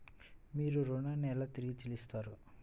మీరు ఋణాన్ని ఎలా తిరిగి చెల్లిస్తారు?